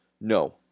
no